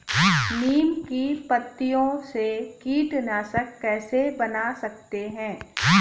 नीम की पत्तियों से कीटनाशक कैसे बना सकते हैं?